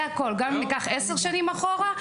גם אם ניקח 10 שנים אחורה,